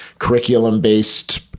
curriculum-based